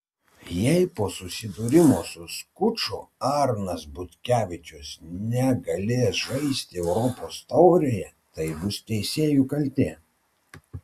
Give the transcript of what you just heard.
jei po susidūrimo su skuču arnas butkevičius negalės žaisti europos taurėje tai bus teisėjų kaltė